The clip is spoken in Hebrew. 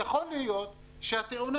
יכול להיות שהתאונה,